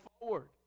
forward